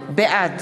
בעד